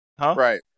Right